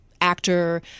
actor